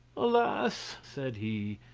alas! said he,